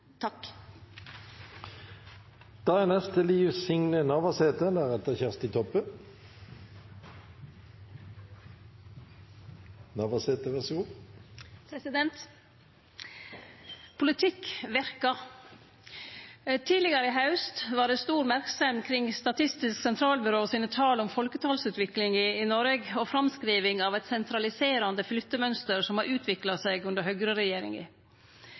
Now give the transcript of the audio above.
Politikk verkar. Tidlegare i haust var det stor merksemd kring Statistisk sentralbyrå sine tal om folketalsutviklinga i Noreg og framskriving av eit sentraliserande flyttemønster som har utvikla seg under høgreregjeringa.